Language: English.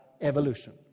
evolution